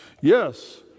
Yes